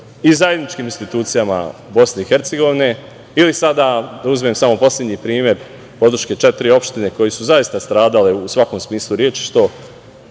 i zajedničkim institucijama BiH ili sada, da uzmem poslednji primer, podrške četiri opštine koje su zaista stradale u svakom smislu reči što